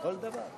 כל דבר.